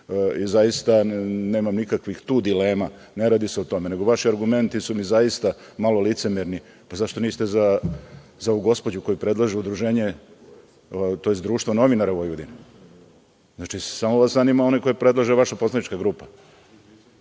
Zaista nemam nikakvih tu dilema, ne radi se o tome, nego vaši argumenti su mi zaista malo licemerni. Pa, zašto niste za ovu gospođu koju predlaže Društvo novinara Vojvodine? Znači, samo vas zanima onaj koga predlaže vaša poslanička grupa.